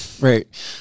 Right